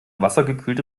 wassergekühlte